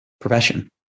profession